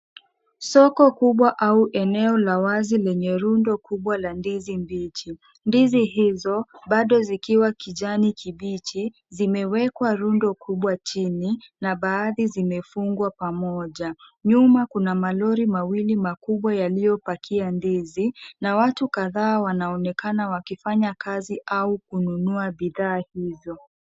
Soko kubwa au eneo la wazi lenye rundo kubwa la ndizi mbichi, ndizi hizo bzdo zikiwa kijani kibichi zimewekwa rundo kubwa chini na baadhi zimefungwa pamoja , nyuma kuna malori mawili makubwa yaliyo palia ndizi na watu kadhaa wanaonekana wakifanya kazi au kununua bidhaaa hizo.